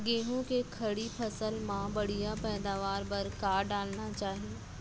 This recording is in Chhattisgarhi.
गेहूँ के खड़ी फसल मा बढ़िया पैदावार बर का डालना चाही?